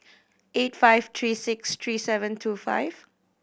eight five three six three seven two five